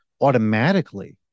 automatically